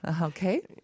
Okay